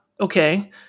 Okay